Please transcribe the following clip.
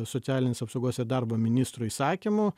socialinės apsaugos ir darbo ministro įsakymu